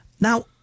Now